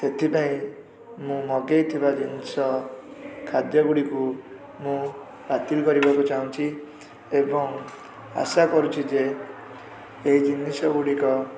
ସେଥିପାଇଁ ମୁଁ ମଗେଇଥିବା ଜିନିଷ ଖାଦ୍ୟଗୁଡ଼ିକୁ ମୁଁ ବାତିଲ୍ କରିବାକୁ ଚାହୁଁଛି ଏବଂ ଆଶା କରୁଛି ଯେ ଏ ଜିନିଷଗୁଡ଼ିକ